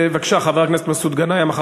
חבר הכנסת מסעוד גנאים, בבקשה.